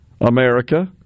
America